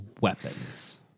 weapons